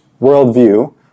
worldview